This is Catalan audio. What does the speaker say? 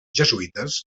jesuïtes